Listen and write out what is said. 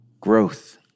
Growth